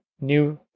new